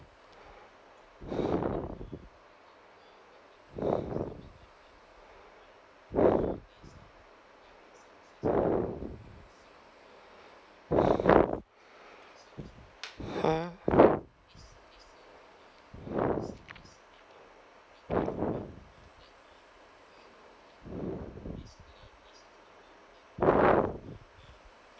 hmm